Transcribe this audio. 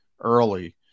early